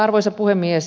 arvoisa puhemies